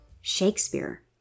Shakespeare